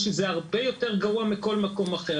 שזה הרבה יותר גרוע מכל מקום אחר.